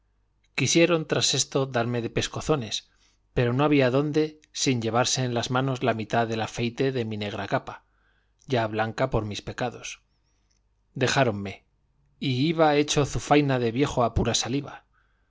quisieron tras esto darme de pescozones pero no había dónde sin llevarse en las manos la mitad del afeite de mi negra capa ya blanca por mis pecados dejáronme y iba hecho zufaina de viejo a pura saliva